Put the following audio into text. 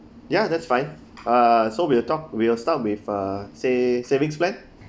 ya that's fine uh so we'll talk we'll start with uh sav~ savings plan